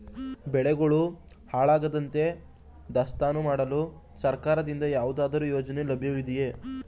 ಬೆಳೆಗಳು ಹಾಳಾಗದಂತೆ ದಾಸ್ತಾನು ಮಾಡಲು ಸರ್ಕಾರದಿಂದ ಯಾವುದಾದರು ಯೋಜನೆ ಲಭ್ಯವಿದೆಯೇ?